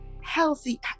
healthy